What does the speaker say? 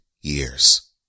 years